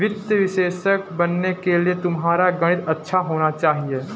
वित्तीय विश्लेषक बनने के लिए तुम्हारा गणित अच्छा होना चाहिए